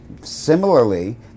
similarly